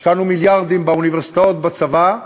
השקענו מיליארדים באוניברסיטאות, בצבא,